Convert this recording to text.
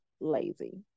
lazy